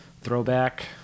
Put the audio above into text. Throwback